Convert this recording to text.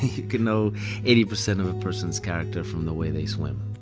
you can know eighty percent of a person's character from the way they swim.